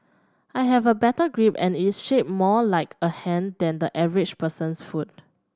I have a better grip and it's shaped more like a hand than the average person's foot